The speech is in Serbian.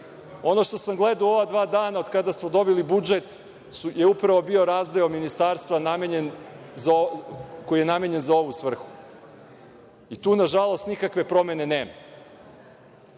što sam gledao u ova dva dana od kada smo dobili budžet je upravo bio razdeo ministarstva koji je namenjen za ovu svrhu. Tu, nažalost, nikakve promene nema.